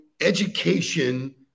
education